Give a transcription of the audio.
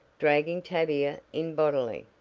dragging tavia in bodily.